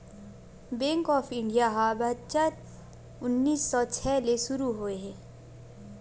bank of India ह बछर उन्नीस सौ छै ले सुरू होए हे